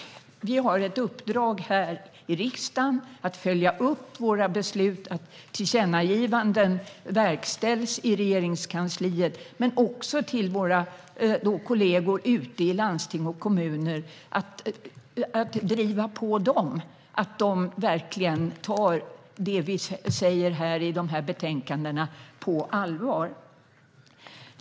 Vi har ett uppdrag i riksdagen att följa upp våra beslut och att tillkännagivanden verkställs i Regeringskansliet. Men vi måste också driva på våra kollegor ute i landsting och kommuner att ta det vi skriver i betänkandena på allvar.